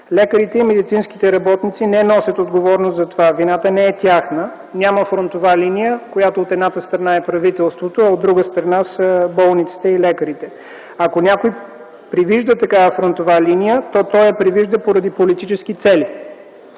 Лекарите и медицинските работници не носят отговорност за това. Вината не е тяхна. Няма фронтова линия, на която от едната страна е правителството, а от другата са болниците и лекарите. Ако някой привижда такава фронтова линия, то той я привижда поради политически цели.